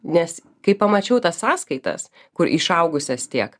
nes kai pamačiau tas sąskaitas kur išaugusias tiek